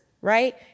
Right